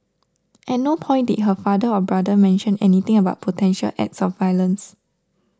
at no point did her father or brother mention anything about potential acts of violence